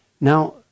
Now